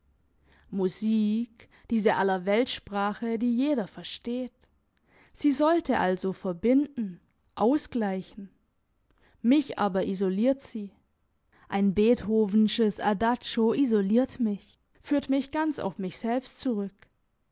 musik diese allerweltssprache die jeder versteht sie sollte also verbinden ausgleichen mich aber isoliert sie ein beethovensches adagio isoliert mich führt mich ganz auf mich selbst zurück